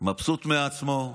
מבסוט מעצמו,